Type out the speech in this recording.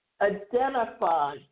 identify